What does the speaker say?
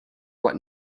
what